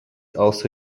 also